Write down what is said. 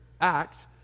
act